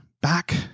back